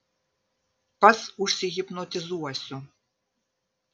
pats užsihipnotizuosiu